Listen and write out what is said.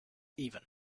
even